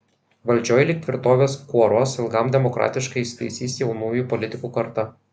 valdžioj lyg tvirtovės kuoruos ilgam demokratiškai įsitaisys jaunųjų politikų karta